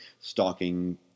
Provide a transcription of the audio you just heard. stalking